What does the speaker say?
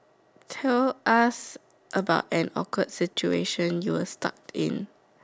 tell us about an awkward situation you were stuck in